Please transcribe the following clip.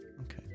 Okay